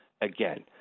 again